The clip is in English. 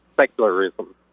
secularism